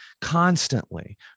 constantly